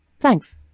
thanks